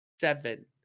seven